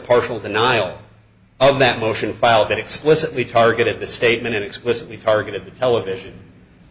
partial denial of that motion filed that explicitly targeted the statement in explicitly targeted the television